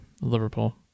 Liverpool